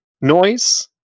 noise